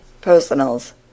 Personals